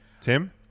Tim